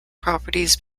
properties